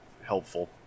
helpful